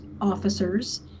officers